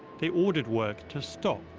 they ordered work to stop.